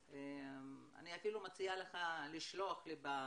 אני מציעה לך לשלוח לי בהודעה,